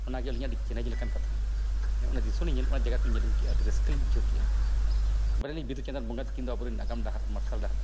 ᱚᱱᱟᱜᱮ ᱟᱹᱞᱤᱧᱟᱜ ᱫᱚ ᱪᱮᱞᱮᱧᱡᱽ ᱞᱮᱠᱟᱱ ᱠᱟᱛᱷᱟ ᱚᱱᱮ ᱚᱱᱟ ᱫᱤᱥᱚᱢ ᱞᱤᱧ ᱵᱟᱲᱟᱭ ᱚᱱᱟ ᱡᱟᱭᱜᱟ ᱠᱚᱞᱤᱧ ᱧᱮᱞ ᱟᱹᱜᱩ ᱠᱮᱜᱼᱟ ᱟᱹᱰᱤ ᱨᱟᱹᱥᱠᱟᱹ ᱞᱤᱧ ᱵᱩᱡᱷᱟᱹᱣ ᱠᱮᱜᱼᱟ ᱵᱟᱲᱟᱭᱟᱞᱤᱧ ᱵᱤᱸᱫᱩ ᱪᱟᱸᱫᱟᱱ ᱵᱚᱸᱜᱟ ᱛᱟᱹᱠᱤᱱ ᱫᱚ ᱟᱵᱚ ᱨᱮᱱ ᱟᱜᱟᱢ ᱰᱟᱦᱟᱨ ᱢᱟᱨᱥᱟᱞ ᱰᱟᱦᱟᱨ